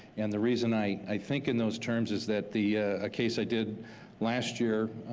and the reason i i think in those terms is that the case i did last year,